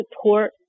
Support